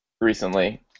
recently